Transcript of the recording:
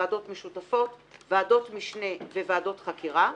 ועדות משותפות, ועדות משנה וועדות חקירה),